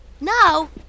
No